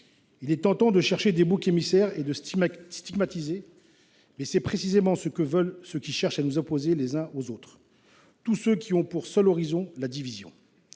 Il est tentant de chercher des boucs émissaires, de stigmatiser, mais c’est précisément ce que veulent ceux qui cherchent à nous opposer les uns aux autres : tous ceux qui ont pour seul horizon la division.